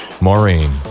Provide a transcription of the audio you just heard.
Maureen